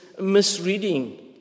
misreading